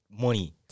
money